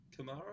Kamara